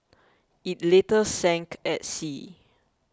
it later sank at sea